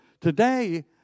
today